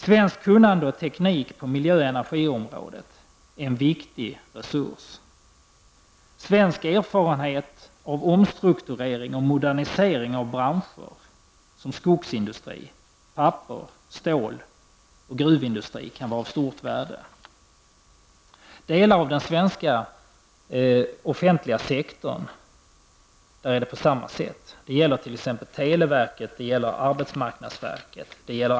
Svenskt kunnande och teknik på miljö och energiområdet är en viktig resurs. Svenska erfarenheter av omstrukturering och modernisering av branscher som skogsindustri, papper, stål och gruvindustri kan vara av stort värde. Det är på samma sätt med delar av svensk offentlig sektor, t.ex. televerket, arbetsmarknadsverket.